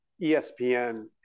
espn